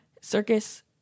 circus